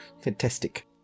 Fantastic